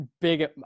big